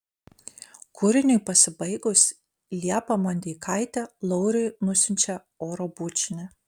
kūriniui pasibaigus liepa mondeikaitė lauriui nusiunčia oro bučinį